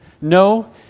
No